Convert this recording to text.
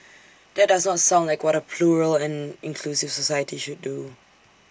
that does not sound like what A plural and inclusive society should do